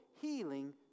healing